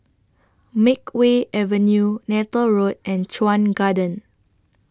Makeway Avenue Neythal Road and Chuan Garden